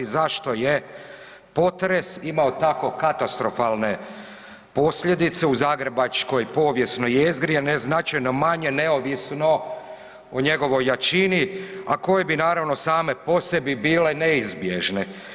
Zašto je potres imao tako katastrofalne posljedice u zagrebačkoj povijesnoj jezgri, a ne značajno manje neovisno o njegovoj jačini, a koje bi naravno, same po sebi bile neizbježne.